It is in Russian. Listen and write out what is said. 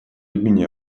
имени